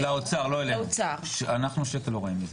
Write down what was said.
לאוצר, לא אלינו, אנחנו לא ראינו מזה